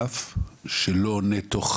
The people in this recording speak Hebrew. אגף שלא עונה תוך